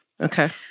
Okay